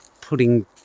putting